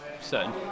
certain